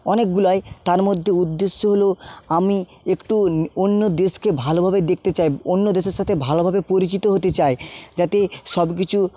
অনেকগুলাই তার মধ্যে উদ্দেশ্য হল আমি একটু অন্য দেশকে ভালোভাবে দেখতে চাই অন্য দেশের সাথে ভালোভাবে পরিচিত হতে চাই যাতে সব কিছু